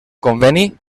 conveni